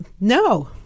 No